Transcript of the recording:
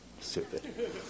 stupid